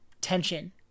tension